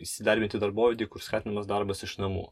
įsidarbinti darbovietėj kur skatinamas darbas iš namų